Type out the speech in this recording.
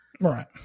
Right